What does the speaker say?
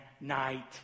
night